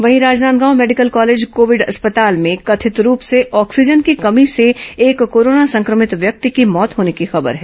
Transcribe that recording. वहीं Rajnandgaon medical college Covid अस्पताल में कथित रूप से ऑक्सीजन की कमी से एक कोरोना संक्रमित व्यक्ति की मौत होने की खबर है